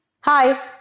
Hi